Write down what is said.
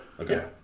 Okay